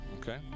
okay